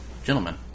Gentlemen